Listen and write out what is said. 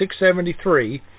673